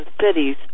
cities